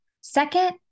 Second